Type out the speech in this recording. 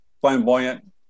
flamboyant